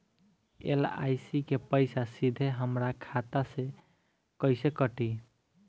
LIC के पईसा सीधे हमरा खाता से कइसे कटी?